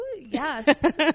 yes